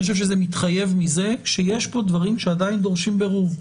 אני חושב שזה מתחייב מזה שיש פה דברים שעדיין דורשים בירור.